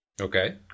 Okay